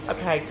Okay